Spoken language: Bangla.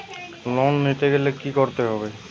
লোন নিতে গেলে কি করতে হবে?